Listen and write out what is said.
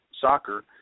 soccer